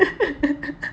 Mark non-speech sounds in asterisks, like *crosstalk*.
*laughs*